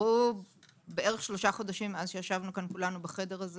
עברו כשלושה חודשים מאז ישבנו בחדר הזה